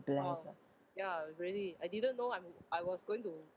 blessed ah